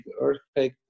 earthquake